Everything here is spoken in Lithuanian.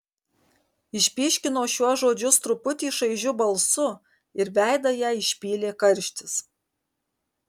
išpyškino šiuos žodžius truputį šaižiu balsu ir veidą jai išpylė karštis